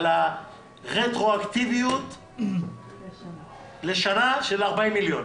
על הרטרואקטיביות לשנה של 40 מיליון.